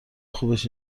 خوبش